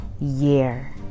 year